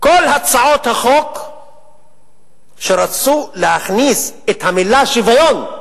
כל הצעות החוק שרצו להכניס את המלה "שוויון"